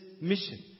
mission